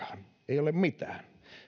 ei ole mitään kun